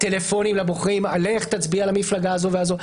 טלפונים לבוחרים שאומרים ללכת להצביע למפלגה הזאת והזאת.